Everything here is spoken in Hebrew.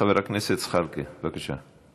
חבר הכנסת זחאלקה, בבקשה.